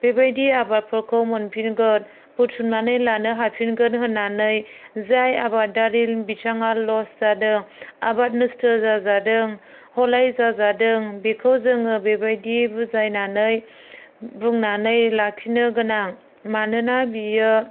बेबायदि आबादफोरखौ मोनफिनगोन बुथुमनानै लानो हाफिनगोन होन्नानै जाय आबादारि बिथाङा लस जादों आबाद नस्थ' जाजादों हलाय जाजादों बेखौ जोङो बेबायदि बुजायनानै बुंनानै लाखिनो गोनां मानोना बियो